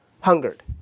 hungered